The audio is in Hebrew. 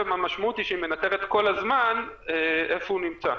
המשמעות היא שהיא מנטרת כל הזמן איפה הוא נמצא.